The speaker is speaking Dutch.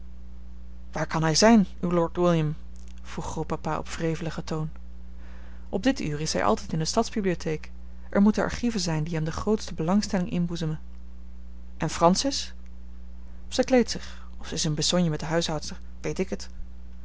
waar kan hij zijn uw lord william vroeg grootpapa op wreveligen toon op dit uur is hij altijd in de stads bibliotheek er moeten archieven zijn die hem de grootste belangstelling inboezemen en francis zij kleedt zich of zij is in besogne met de huishoudster weet ik het